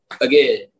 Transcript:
again